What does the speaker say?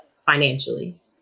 financially